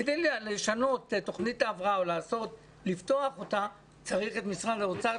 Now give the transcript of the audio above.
כדי לשנות את תוכנית ההבראה או לפתוח אותה צריך את משרד האוצר,